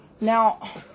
Now